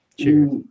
Cheers